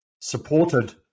supported